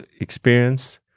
experience